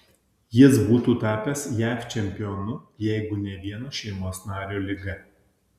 jis būtų tapęs jav čempionu jeigu ne vieno šeimos nario liga